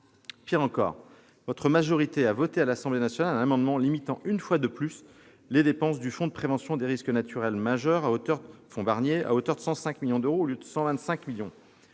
ministre, votre majorité a voté à l'Assemblée nationale un amendement limitant une fois de plus les dépenses du Fonds de prévention des risques naturels majeurs, dit « fonds Barnier, à hauteur de 105 millions d'euros au lieu de 125 millions